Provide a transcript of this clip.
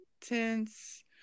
tense